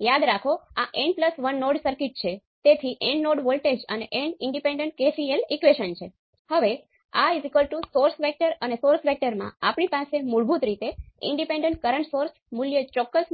તેથી આ VAB કેટલાક α × Vtest ઉપરાંત કેટલાક β × V1 વત્તા કેટલાક γ × I2 હશે અને જો તમારી પાસે વધુ સ્ત્રોતો હોય તો આ રેખીય